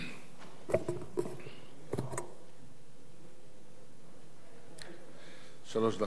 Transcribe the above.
שלוש דקות.